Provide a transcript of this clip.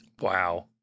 Wow